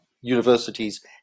universities